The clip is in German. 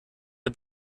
der